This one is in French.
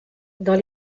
dans